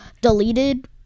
deleted